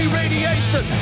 radiation